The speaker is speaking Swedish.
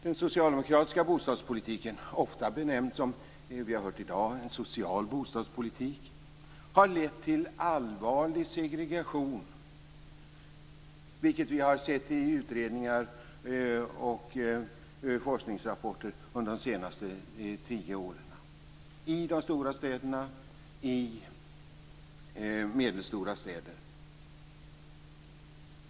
Den socialdemokratiska bostadspolitiken, ofta benämnd social bostadspolitik, har lett till allvarlig segregation, vilket vi har sett i utredningar och forskningsrapporter under de senaste tio åren, i de stora städerna och i medelstora städer.